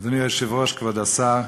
אדוני היושב-ראש, כבוד השר,